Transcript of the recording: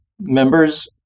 members